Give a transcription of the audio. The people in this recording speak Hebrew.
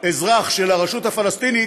אזרח של הרשות הפלסטינית,